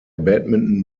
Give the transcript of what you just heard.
badminton